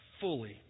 fully